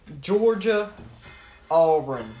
Georgia-Auburn